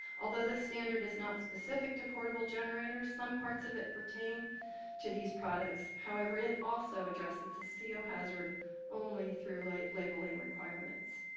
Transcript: although, the standard is not specific to portable generators, some parts of it pertain to these products. however, it also addresses the co ah hazard only through like labeling requirements.